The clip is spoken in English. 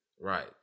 Right